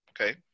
okay